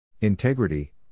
Integrity